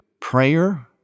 Prayer